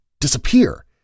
disappear